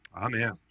Amen